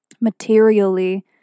materially